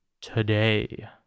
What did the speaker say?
today